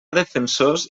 defensors